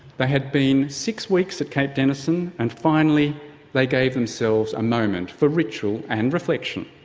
they had been six weeks at cape denison and finally they gave themselves a moment for ritual and reflection.